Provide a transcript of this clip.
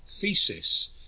thesis